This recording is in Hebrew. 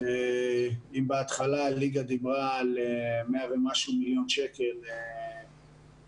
אם בהתחלה הליגה דיברה על 100 ומשהו מיליון שקלים פיצוי,